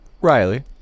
Riley